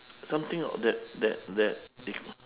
something of that that that